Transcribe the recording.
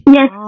Yes